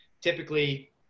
typically